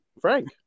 Frank